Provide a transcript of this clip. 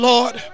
Lord